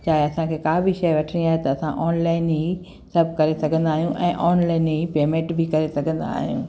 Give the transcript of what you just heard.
चाहे असांखे का बि शइ वठिणी आहे त असां ऑनलाइन ई सभु करे सघंदा आहियूं ऐं ऑनलाइन ई पेमेंट बि करे सघंदा आहियूं